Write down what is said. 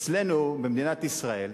אצלנו, במדינת ישראל,